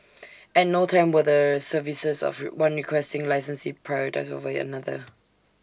at no time were the services of one Requesting Licensee prioritised over another